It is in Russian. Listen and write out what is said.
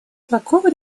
такого